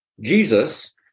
Jesus